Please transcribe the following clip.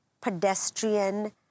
pedestrian